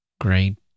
Great